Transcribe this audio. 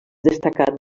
destacat